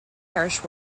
parish